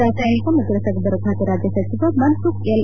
ರಾಸಾಯನಿಕ ಮತ್ತು ರಸಗೊಬ್ಬರ ಖಾತೆ ರಾಜ್ಯ ಸಚಿವ ಮನ್ಸುಖ್ ಎಲ್